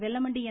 Vellamandi என்